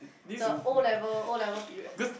the O-level O-level period